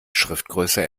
schriftgröße